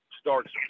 starts